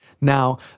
Now